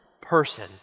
person